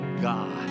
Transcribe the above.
God